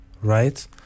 right